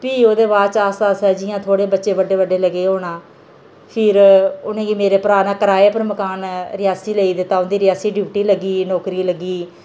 फ्ही ओह्दे बाद च अस्ता आस्ता जियां थोह्ड़े बच्चे बड्डे बड्डे लग्गे होन फिर उ'नेंगी मेरे भ्राऽ ने मकान रियासी लेई दित्ता रियासी डयुटी लग्गी गेई नौकरी लग्गी गेई